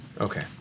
Okay